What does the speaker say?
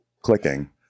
clicking